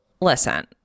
listen